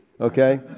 okay